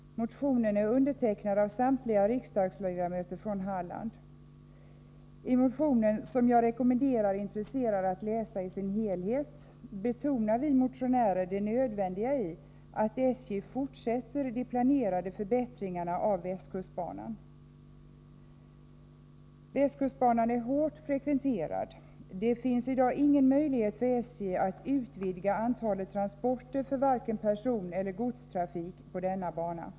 Motionen är undertecknad av samtliga riksdagsledamöter från Halland. I motionen — som jag rekommenderar intresserade att läsa i dess helhet — betonar vi motionärer det nödvändiga i att SJ fortsätter de planerade förbättringarna av västkustbanan. Västkustbanan är hårt frekventerad. Det finns i dag ingen möjlighet för SJ att utvidga antalet transporter för vare sig personeller godstrafik på denna bana.